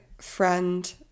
friend